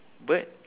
bird